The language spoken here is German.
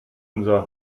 unser